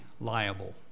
liable